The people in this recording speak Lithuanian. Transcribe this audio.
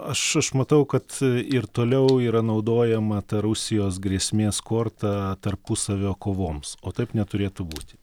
aš aš matau kad ir toliau yra naudojama ta rusijos grėsmės korta tarpusavio kovoms o taip neturėtų būti